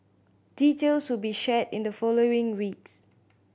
details will be shared in the following weeks